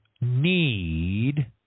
need